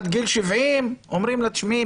עד כיל 70 אומרים לה: תשמעי,